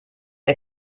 die